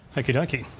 okie dokie.